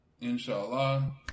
Inshallah